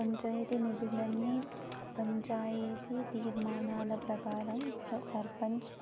పంచాయితీ నిధులు అన్నీ పంచాయతీ తీర్మానాల ప్రకారం సర్పంచ్